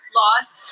lost